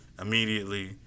immediately